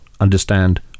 understand